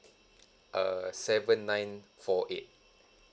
err seven nine four eight